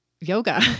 yoga